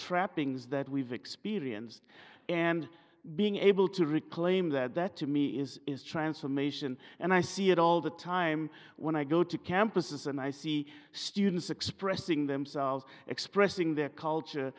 trappings that we've experienced and being able to reclaim that that to me is transformation and i see it all the time when i go to campuses and i see students expressing themselves expressing their culture